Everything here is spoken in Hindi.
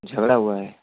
झगड़ा हुआ है